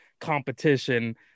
competition